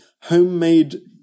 homemade